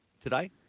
today